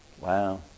Wow